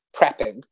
prepping